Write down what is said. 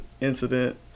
incident